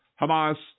Hamas